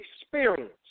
experience